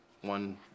one